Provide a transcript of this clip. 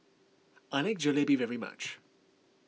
I like Jalebi very much